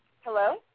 hello